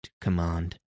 command